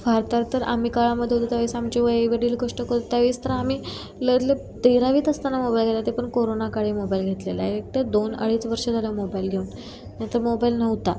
फारतर तर आम्ही काळामध्ये होतो त्या वेळेस आमच्या वेळी वडील गोष्ट करतावेळेस तर आम्ही तेरावीत असताना मोबाईल घेतला ते पण कोरोना काळी मोबाईल घेतलेला आहे एकटं दोन अडीच वर्ष झाला मोबाईल घेऊन नाहीतर मोबाईल नव्हता